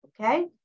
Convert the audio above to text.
okay